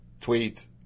tweet